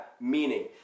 meaning